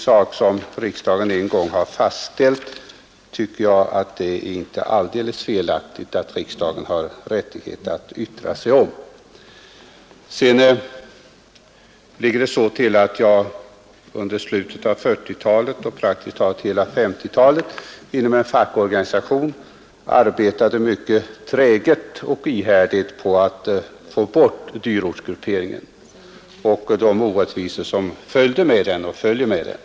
Jag tycker inte att det är alldeles felaktigt att riksdagen har rättighet att yttra sig om en sak som den en gång har fastställt. Under slutet av 1940-talet och praktiskt taget under hela 1950-talet arbetade jag i en fackorganisation mycket träget och ihärdigt på att få bort dyrortsgrupperingen och de orättvisor som följde och följer med denna.